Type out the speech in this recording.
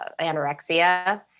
anorexia